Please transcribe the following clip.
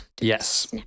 Yes